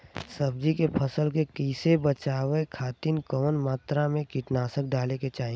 सब्जी के फसल के कियेसे बचाव खातिन कवन मात्रा में कीटनाशक डाले के चाही?